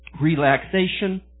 relaxation